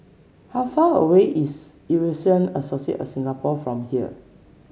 how far away is Eurasian Association of Singapore from here